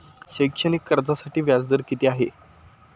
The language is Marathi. शैक्षणिक कर्जासाठी व्याज दर किती आहे?